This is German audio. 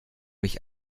mich